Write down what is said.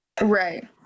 right